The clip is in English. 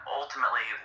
ultimately